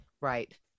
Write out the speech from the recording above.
Right